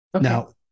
now